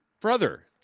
brother